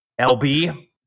LB